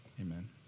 amen